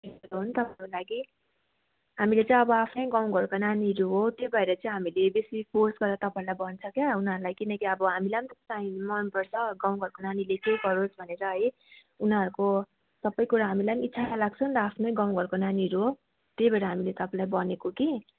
main हो नि त हाम्रो लागि हामीले चाहिँ अब आफ्नै गाउँ घरको नानीहरू हो त्यो भएर चाहिँ बेसी फोर्स गरेर तपाईँहरूलाई भन्छ क्या उनीहरूलाई किनकि अब हामीलाई पनि त मनपर्छ गाउँघरको नानीले केही गरोस् भनेर है उनीहरूको सबैकुरो हामीलाई पनि इच्छा लाग्छ नि त आफ्नै गाउँ घरको नानीहरू हो त्यही भएर हामीले तपाईँलाई भनेको कि